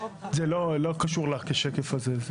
מגיעים לזה?